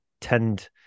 tend